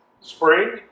spring